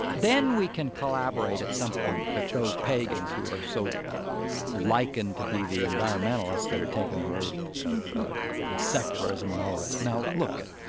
then we can collaborate at some point with those pagans who are so likened to be the environmentalists that are taking the road of ah secularism and all the rest. now, look it.